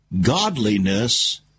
godliness